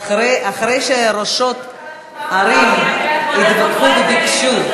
אחרי שראשות ערים התווכחו וביקשו,